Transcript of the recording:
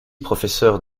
professeur